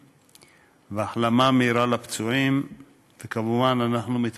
הדברים בשם שר הביטחון חבר הכנסת, השר יעקב